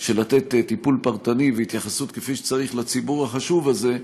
של לתת טיפול פרטני והתייחסות כפי שצריך לציבור החשוב הזה,